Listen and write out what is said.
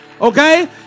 Okay